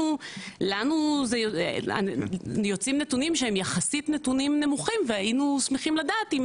לנו יוצאים נתונים שהם יחסית נמוכים והיינו שמחים לדעת אם